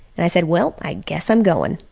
and i said, well, i guess i'm going.